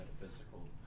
metaphysical